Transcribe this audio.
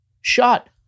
shot